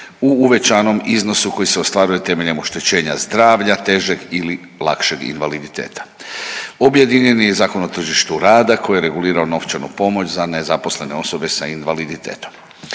u uvećanom iznosu koji se ostvaruje temeljem oštećenja zdravlja, težeg ili lakšeg invaliditeta. Objedinjen je Zakon o tržištu rada koji je regulirao novčanu pomoć za nezaposlene osobe s invaliditetom,